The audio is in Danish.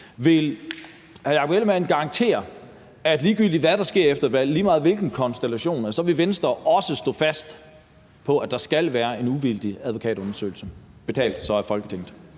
Vil hr. Jakob Ellemann-Jensen garantere, at ligegyldigt hvad der sker efter et valg, lige meget hvilken konstellation det bliver, så vil Venstre også stå fast på, at der skal være en uvildig advokatundersøgelse betalt af Folketinget